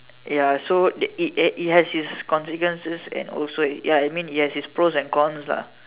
ya so the it eh it has it's consequences and also ya I mean it has its pros and cons lah